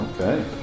Okay